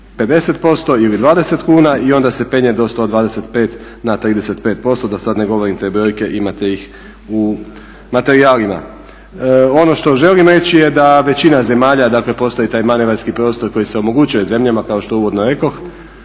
50% ili 20 kuna i onda se penje do 125 na 35% da sada ne govorim te brojke imate ih u materijalima. Ono što želim reći je da većina zemalja, dakle postoji taj manevarski prostor koji se omogućuje zemljama kao što uvodno rekoh